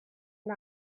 and